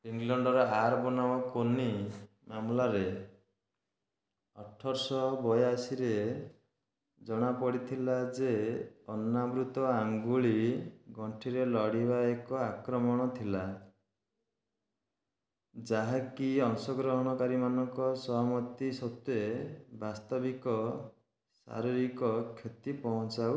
ଇଂଲଣ୍ଡର ଆର୍ ବନାମ କୋନିସ୍ ମାମଲାରେ ଅଠରଶହ ବୟାଅଶୀରେ ଜଣା ପଡ଼ିଥିଲା ଯେ ଅନାବୃତ ଆଙ୍ଗୁଳି ଗଣ୍ଠିରେ ଲଢ଼ିବା ଏକ ଆକ୍ରମଣ ଥିଲା ଯାହାକି ଅଂଶଗ୍ରହଣକାରୀ ମାନଙ୍କ ସହମତି ସତ୍ତ୍ୱେ ବାସ୍ତବିକ ଶାରୀରିକ କ୍ଷତି ପହଁଞ୍ଚାଉଥିଲା